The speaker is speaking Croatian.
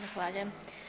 Zahvaljujem.